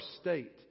state